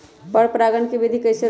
पर परागण केबिधी कईसे रोकब?